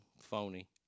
phony